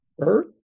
earth